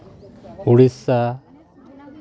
Odisha